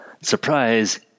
surprise